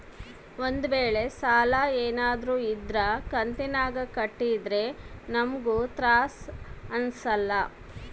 ಒಂದ್ವೇಳೆ ಸಾಲ ಏನಾದ್ರೂ ಇದ್ರ ಕಂತಿನಾಗ ಕಟ್ಟಿದ್ರೆ ನಮ್ಗೂ ತ್ರಾಸ್ ಅಂಸಲ್ಲ